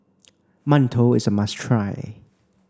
Mantou is a must try